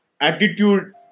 attitude